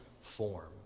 form